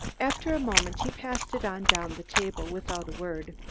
after a moment he passed it on down the table without a word.